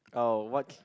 oh what